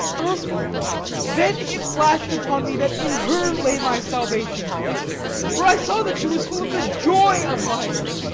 oswald then it flashed upon me that in her lay my salvation for i saw that she was full of the joy of life.